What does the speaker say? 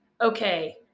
okay